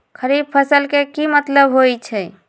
खरीफ फसल के की मतलब होइ छइ?